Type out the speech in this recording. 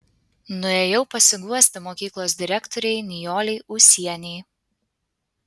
nuėjau pasiguosti mokyklos direktorei nijolei ūsienei